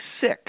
sick